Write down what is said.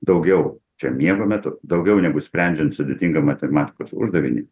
daugiau čia miego metu daugiau negu sprendžiant sudėtingą matematikos uždavinį